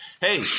hey